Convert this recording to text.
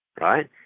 Right